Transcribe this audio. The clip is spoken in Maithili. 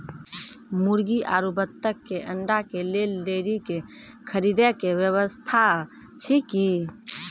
मुर्गी आरु बत्तक के अंडा के लेल डेयरी के खरीदे के व्यवस्था अछि कि?